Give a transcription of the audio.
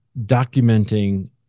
documenting